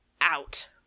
out